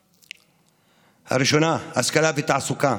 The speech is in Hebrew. הראשונה, השכלה ותעסוקה.